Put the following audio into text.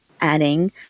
adding